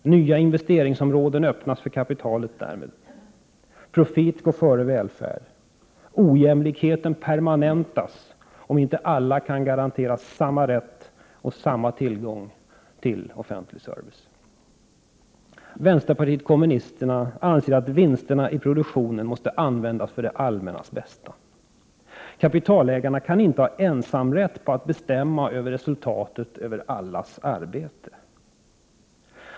Nya investeringsområden öppnas därmed för kapitalet. Profit går före välfärd. Ojämlikheten permanentas, om inte alla kan garanteras samma rätt och samma tillgång till offentlig service. Vi i vänsterpartiet kommunisterna anser att vinsterna i produktionen måste användas för det allmännas bästa. Kapitalägarna kan inte ha ensamrätt när det gäller att bestämma över resultatet av allas arbete.